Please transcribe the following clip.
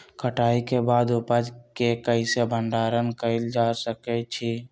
कटाई के बाद उपज के कईसे भंडारण कएल जा सकई छी?